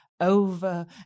over